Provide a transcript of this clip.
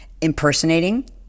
impersonating